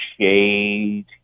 shade